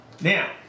Now